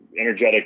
Energetic